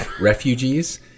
refugees